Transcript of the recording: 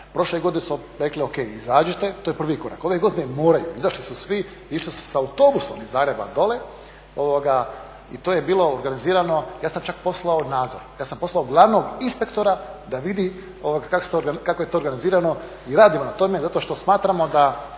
Prošle godine smo rekli ok izađite to je prvi korak, ove godine moraju, izašli su svi, išli su sa autobusom iz Zagreba dolje i to je bio organizirano. Ja sam čak poslao nadzor, ja sam poslao glavnog inspektora da vidi kako je to organizirano i radimo na tome zato što smatramo da